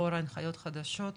לאור ההנחיות החדשות,